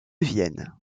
vienne